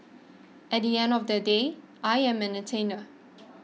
at the end of they day I am an entertainer